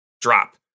drop